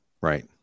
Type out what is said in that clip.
Right